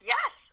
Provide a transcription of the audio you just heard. Yes